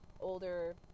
older